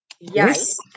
Yes